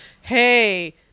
hey